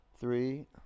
three